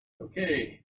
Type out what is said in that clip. okay